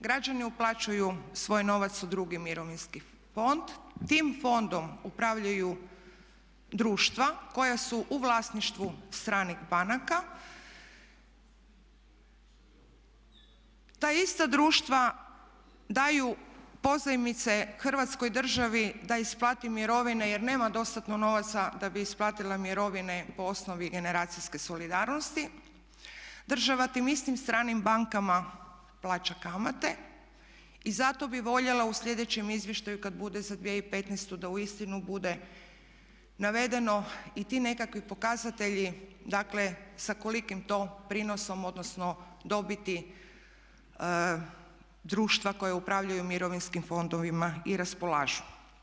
Građani uplaćuju svoj novac u drugi mirovinski fond, tim fondom upravljaju društva koja su u vlasništvu stranih banaka, ta ista društva daju pozajmice hrvatskoj državi da isplati mirovine jer nema dostatno novaca da bi isplatila mirovine po osnovi generacijske solidarnosti, država tim istim stranim bankama plaća kamate i zato bi voljela u slijedećem izvještaju kad bude za 2015.da uistinu bude navedeno i ti nekakvi pokazatelji dakle sa kolikim to prinosom, odnosno dobiti društva koja upravljaju mirovinskim fondovima i raspolažu.